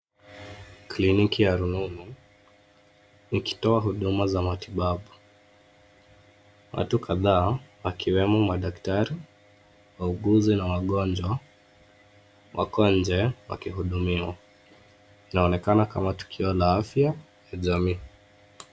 Kliniki ya rununu ikitoa huduma za matibabu. Watu kadhaa wakiwemo madaktari, wauguzi wa wagonjwa, wako nje wakihudimiwa. Inaonekana kama tukio la afya ya jamii.